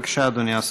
בבקשה, אדוני השר.